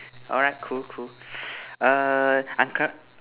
alright cool cool err